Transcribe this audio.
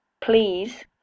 please